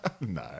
no